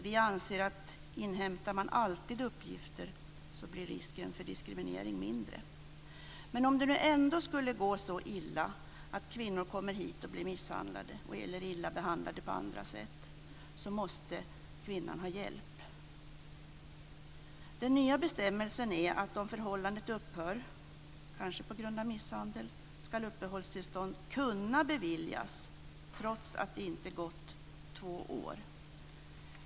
Vi anser att om man alltid inhämtar uppgifter blir risken för diskriminering mindre. Men om det nu ändå skulle gå så illa att kvinnor kommer hit och blir misshandlade eller illa behandlade på andra sätt måste de ha hjälp. Den nya bestämmelsen innebär att uppehållstillstånd ska kunna beviljas trots att det inte har gått två år om förhållandet upphör, kanske på grund av misshandel.